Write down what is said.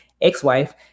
ex-wife